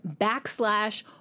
backslash